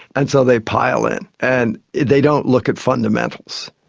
and so they pile in, and they don't look at fundamentals.